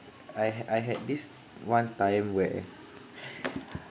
I had I had this one time where